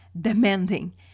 demanding